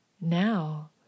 Now